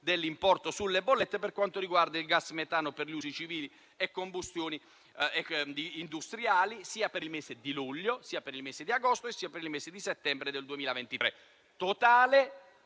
dell'importo sulle bollette per quanto riguarda il gas metano per gli usi civili e combustioni industriali, sia per il mese di luglio che per i mesi di agosto e di settembre 2023.